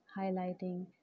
highlighting